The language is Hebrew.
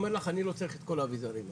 אומר לך אני לא צריך את כל האביזרים האלה.